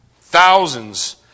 Thousands